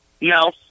No